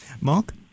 Mark